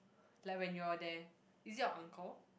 like when you are there is it your uncle